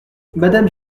madame